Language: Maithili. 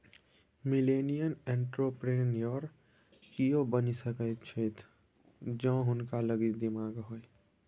मिलेनियल एंटरप्रेन्योर कियो बनि सकैत छथि जौं हुनका लग दिमाग होए